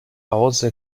hause